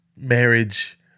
marriage